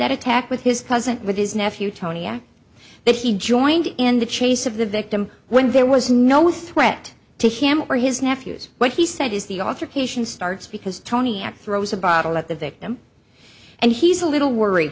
that attack with his cousin with his nephew tony that he joined in the chase of the victim when there was no threat to him or his nephews what he said is the author cation starts because tony and throws a bottle at the victim and he's a little worried